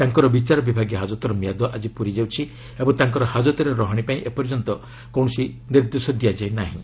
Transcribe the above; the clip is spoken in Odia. ତାଙ୍କର ବିଚାର ବିଭାଗୀୟ ହାଜତର ମିଆଦ ଆଜି ପୁରି ଯାଉଛି ଓ ତାଙ୍କର ହାଜତରେ ରହଣୀ ପାଇଁ ଏପର୍ଯ୍ୟନ୍ତ କୌଣସି ନିର୍ଦ୍ଦେଶ ଦିଆଯାଇ ନାହିଁ